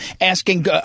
asking